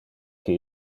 que